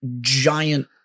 giant